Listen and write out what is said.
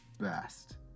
best